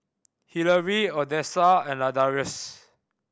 Hilary Odessa and Ladarius